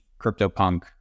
CryptoPunk